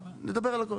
נדבר על הכל.